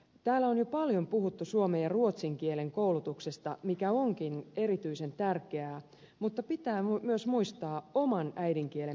täällä on jo paljon puhuttu suomen ja ruotsin kielen koulutuksesta mikä onkin erityisen tärkeää mutta pitää myös muistaa oman äidinkielen merkitys